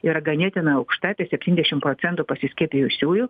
yra ganėtinai aukšta apie septyndešim procentų pasiskiepijusiųjų